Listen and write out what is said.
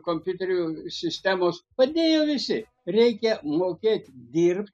kompiuterių sistemos padėjo visi reikia mokėt dirbt